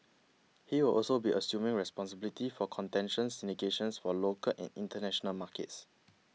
he will also be assuming responsibility for contention syndication for local and international markets